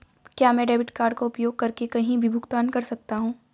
क्या मैं debit card का उपयोग करके कहीं भी भुगतान कर सकता हूं?